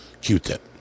Q-tip